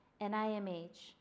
NIMH